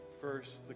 first